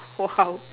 !wow!